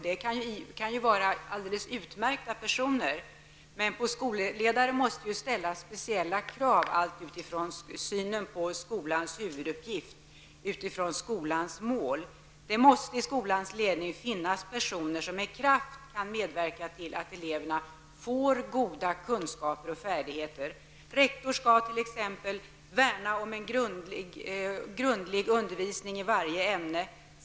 De kan ju vara alldeles utmärkta personer, men på skolledare måste det ställas speciella krav med hänsyn till skolans huvuduppgift och skolans mål. Det måste i skolans ledning finnas personer som med kraft kan medverka till att eleverna får goda kunskaper och färdigheter. Rektor skall t.ex. värna om en grundlig undervisning i varje ämne.